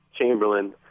Chamberlain